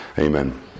Amen